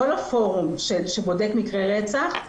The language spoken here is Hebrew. כל הפורום שבודק מקרי רצח,